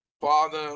Father